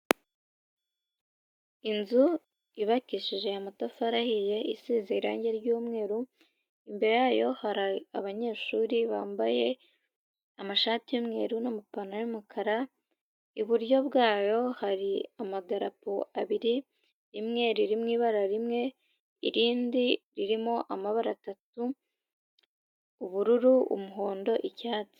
Inzu yubakishije amatafari ahiye isize irangi ry'umweru, imbere yayo hari abanyeshuri bambaye amashati y'umweru n'amapantaro y'umukara, iburyo bwayo hari amadarapo abiri rimwe riri mu ibara rimwe, irindi ririmo amabara atatu, ubururu, umuhondo, icyatsi.